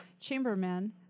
chambermen